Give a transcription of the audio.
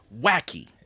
wacky